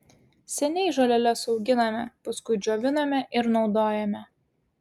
seniai žoleles auginame paskui džioviname ir naudojame